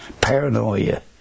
paranoia